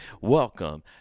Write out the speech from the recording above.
Welcome